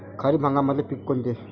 खरीप हंगामातले पिकं कोनते?